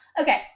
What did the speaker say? okay